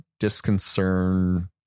disconcern